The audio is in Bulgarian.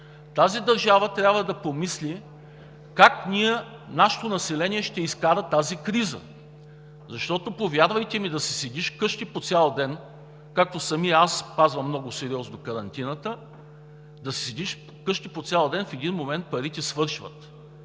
Тази държава трябва да помисли как нашето население ще изкара тази криза. Защото, повярвайте ми, да си седиш вкъщи по цял ден, както самият аз спазвам много сериозно карантината – да си седиш вкъщи по цял ден, в един момент парите свършват.